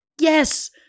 Yes